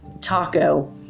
taco